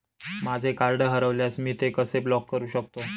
माझे कार्ड हरवल्यास मी ते कसे ब्लॉक करु शकतो?